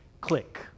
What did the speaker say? click